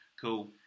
Cool